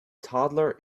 toddler